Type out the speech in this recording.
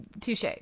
Touche